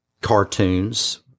cartoons